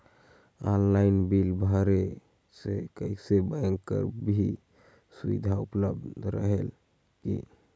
Online bill भरे से कइसे बैंक कर भी सुविधा उपलब्ध रेहेल की?